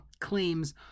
claims